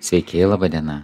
sveiki laba diena